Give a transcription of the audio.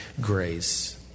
grace